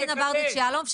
אלינה ברדץ יאלוב,